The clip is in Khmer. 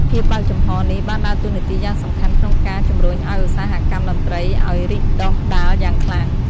ភាពបើកចំហរនេះបានដើរតួនាទីយ៉ាងសំខាន់ក្នុងការ ជំរុញឱ្យឧស្សាហកម្មតន្ត្រីអោយរីកដុះដាលយ៉ាងខ្លាំង។